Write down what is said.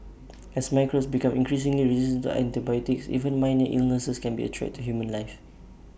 as microbes become increasingly resistant to antibiotics even minor illnesses can be A threat to human life